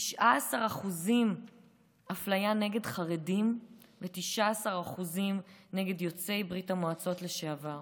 19% אפליה נגד חרדים ו-19% נגד יוצאי ברית המועצות לשעבר.